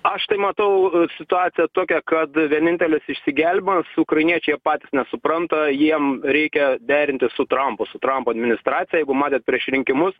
aš tai matau situaciją tokią kad vienintelis išsigelbėjimas ukrainiečiai jie patys nesupranta jiem reikia derinti su trampu su trampo administracija jeigu matėt prieš rinkimus